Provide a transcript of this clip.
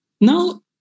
Now